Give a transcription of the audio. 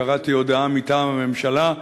כשקראתי הודעה מטעם הממשלה,